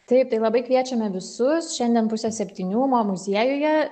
taip tai labai kviečiame visus šiandien pusę septynių mo muziejuje